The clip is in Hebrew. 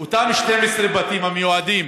אותם 12 בתים המיועדים